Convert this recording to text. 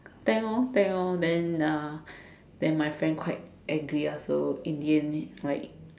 tank orh tank orh then uh then my friend quite angry ah in the end like